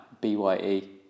B-Y-E